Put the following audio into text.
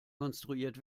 konstruiert